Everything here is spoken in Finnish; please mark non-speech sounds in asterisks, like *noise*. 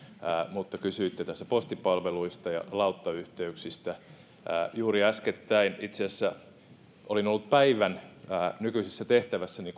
mutta kysyitte postipalveluista ja lauttayhteyksistä juuri äskettäin itse asiassa olin ollut päivän nykyisessä tehtävässäni *unintelligible*